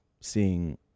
seeing